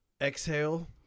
exhale